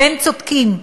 והם צודקים,